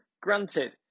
granted